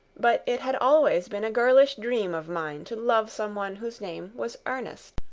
but it had always been a girlish dream of mine to love some one whose name was ernest.